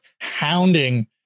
hounding